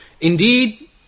Indeed